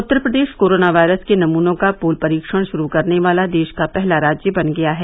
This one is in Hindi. उत्तर प्रदेश कोरोना वायरस के नमूनों का पूल परीक्षण शुरू करने वाला देश का पहला राज्य बन गया है